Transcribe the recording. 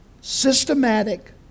systematic